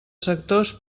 sectors